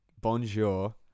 Bonjour